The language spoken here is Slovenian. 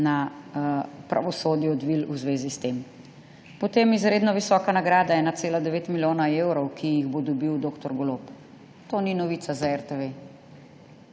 na pravosodju odvili v zvezi s tem. Potem izredno visoka nagrada, 1,9 milijona evrov, ki jo bo dobil dr. Golob, to ni novica za RTV.